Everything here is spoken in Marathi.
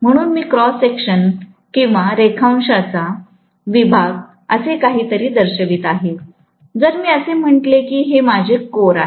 म्हणून मी क्रॉस सेक्शन किंवा रेखांशाचा विभाग असे काही तरी दर्शवित आहे जर मी असे म्हटले की हे माझे कोर आहे